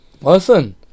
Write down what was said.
Listen